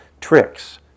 Tricks